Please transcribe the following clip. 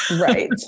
Right